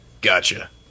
Gotcha